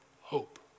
hope